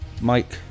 Mike